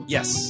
Yes